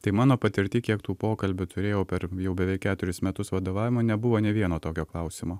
tai mano patirty kiek tų pokalbių turėjau per jau beveik keturis metus vadovavimo nebuvo nė vieno tokio klausimo